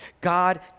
God